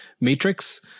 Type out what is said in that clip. matrix